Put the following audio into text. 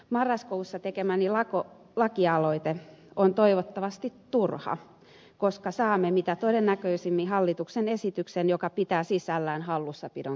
marraskuussa tekemäni lakialoite on toivottavasti turha koska saamme mitä todennäköisimmin hallituksen esityksen joka pitää sisällään hallussapidon kieltämisen